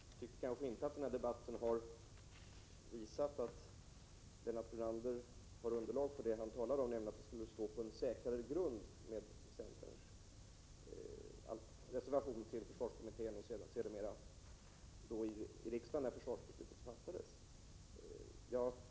Herr talman! Jag tycker inte att den här debatten har visat att Lennart Brunander har underlag för det han talar om, nämligen att man skulle stå på en säkrare grund med utgångspunkt från centerns reservation i försvarskommittén och sedermera i riksdagen då försvarsbeslutet fattades.